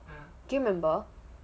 do you remember